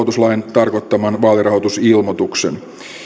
tarkoittaman vaalirahoitusilmoituksen